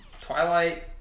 Twilight